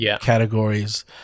categories